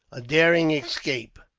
a daring escape.